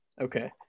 okay